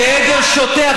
כעדר שוטה,